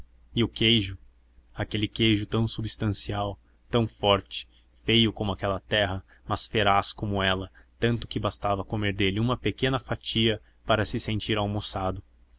e o queijo aquele queijo tão substancial tão forte feio como aquela terra mas feraz como ela tanto que bastava comer dele uma pequena fatia para se sentir almoçado